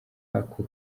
ako